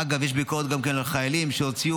אגב, יש ביקורת גם על חיילים שהוציאו